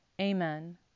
Amen